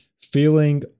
feeling